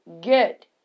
get